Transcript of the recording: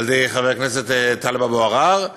על-ידי חבר הכנסת טלב אבו עראר.